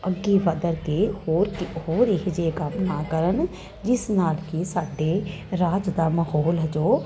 ਅੱਗੇ ਵੱਧ ਕੇ ਹੋਰ ਹੋਰ ਇਹੋ ਜਿਹੇ ਕੰਮ ਨਾ ਕਰਨ ਜਿਸ ਨਾਲ ਕਿ ਸਾਡੇ ਰਾਜ ਦਾ ਮਹੌਲ ਹੈ ਜੋ